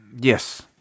Yes